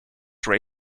ray